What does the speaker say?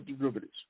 derivatives